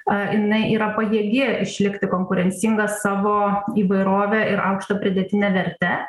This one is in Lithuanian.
ką jinai yra pajėgi išlikti konkurencinga savo įvairove ir aukšta pridėtine verte